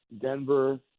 Denver